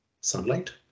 sunlight